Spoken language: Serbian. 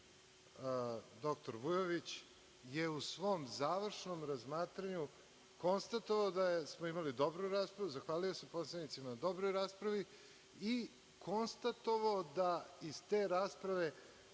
dr Vujović je u svom završnom razmatranju konstatovao da smo imali dobru raspravu, zahvalio se poslanicima na dobroj raspravi i konstatovao da iz te rasprave